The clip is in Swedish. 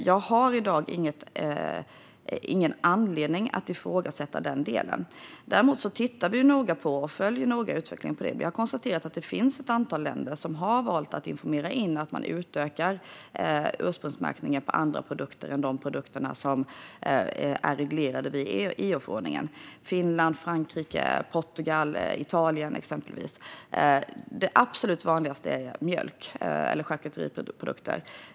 Jag har i dag ingen anledning att ifrågasätta denna del. Däremot tittar vi noga på och följer utvecklingen på området. Vi har konstaterat att det finns ett antal länder som har valt att informera till EU att de utökar ursprungsmärkningen på andra produkter än de som är reglerade i EU-förordningen. Det handlar exempelvis om Finland, Frankrike, Portugal och Italien. Det absolut vanligaste är mjölk och charkuteriprodukter.